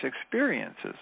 experiences